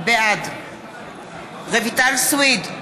בעד רויטל סויד,